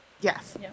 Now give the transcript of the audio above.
Yes